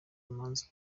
imanza